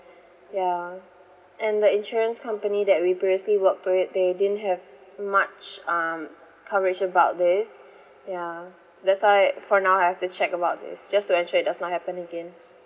ya and the insurance company that we previously worked with they didn't have much um coverage about this ya that's why for now I have to check about this just to ensure it does not happen again